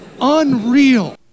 Unreal